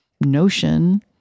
notion